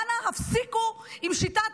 אנא, הפסיקו עם שיטת